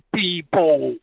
people